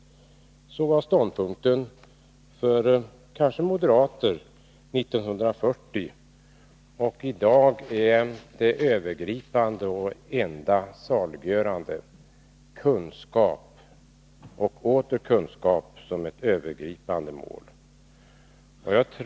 — Så var kanske ståndpunkten för moderater 1940. I dag är det enda saliggörande kunskap och åter kunskap som ett övergripande mål.